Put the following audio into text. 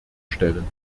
stellen